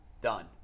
done